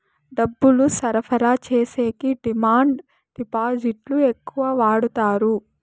డబ్బులు సరఫరా చేసేకి డిమాండ్ డిపాజిట్లు ఎక్కువ వాడుతారు